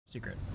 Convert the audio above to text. secret